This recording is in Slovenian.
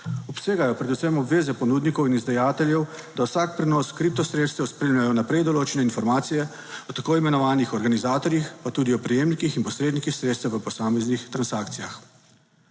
Obsegajo predvsem obveze ponudnikov in izdajateljev, da vsak prenos kripto sredstev spremljajo vnaprej določene informacije o tako imenovanih organizatorjih, pa tudi o prejemnikih in posrednikih sredstev v posameznih transakcijah.